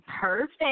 perfect